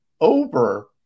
over